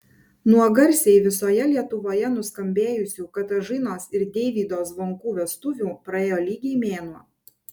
nuo garsiai visoje lietuvoje nuskambėjusių katažinos ir deivydo zvonkų vestuvių praėjo lygiai mėnuo